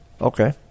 Okay